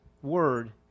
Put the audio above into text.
word